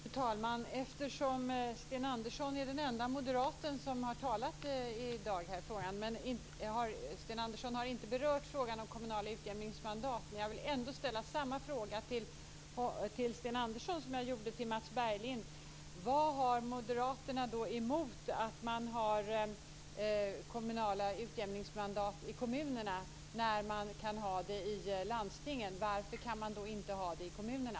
Fru talman! Sten Andersson är den enda moderaten som har talat i dag i denna fråga, men han har inte berört frågan om kommunala utjämningsmandat. Men jag vill ändå ställa samma fråga till Sten Andersson som jag ställde till Mats Berglind: Vad har Moderaterna emot att man har kommunala utjämningsmandat i kommunerna när man kan ha det i landstingen? Varför kan man då inte ha det i kommunerna?